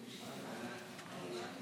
אח'תי אימאן, אח'תי